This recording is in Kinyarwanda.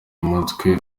mutwe